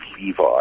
Levi